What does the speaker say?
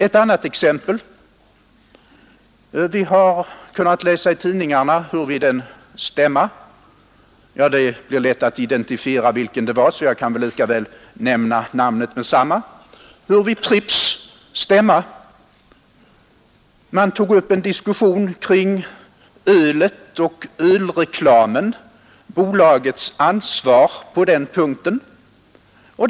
Ett annat exempel: Vi har kunnat läsa i tidningarna hur man vid en bolagsstämma — det är lätt att identifiera vilken det gäller, och jag kan därför nämna att det gällde Pripps stämma — tog upp en diskussion om bolagets ansvar i samband med ölreklamen.